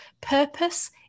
purpose